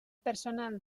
personal